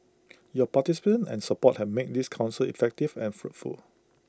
your participation and support have made this Council effective and fruitful